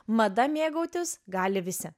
mada mėgautis gali visi